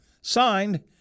Signed